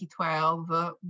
2012